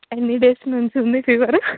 ఎన్ని డేస్ నుంచి ఉంది ఫీవరు